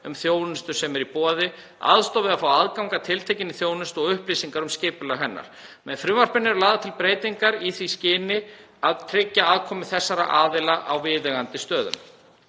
um þjónustu sem er í boði, aðstoð við að fá aðgang að tiltekinni þjónustu og upplýsingar um skipulag hennar. Með frumvarpinu eru lagðar til breytingar í því skyni að tryggja aðkomu þessara aðila á viðeigandi stöðum.